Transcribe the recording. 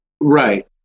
Right